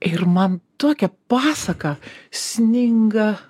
ir man tokia pasaka sninga